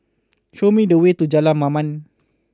show me the way to Jalan Mamam